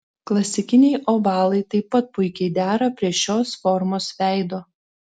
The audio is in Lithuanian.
klasikiniai ovalai taip pat puikiai dera prie šios formos veido